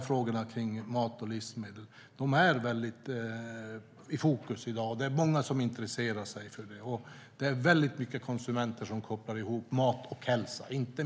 Frågorna kring mat och livsmedel är i fokus i dag. Det är många som intresserar sig för dem, och många konsumenter kopplar ihop mat och hälsa.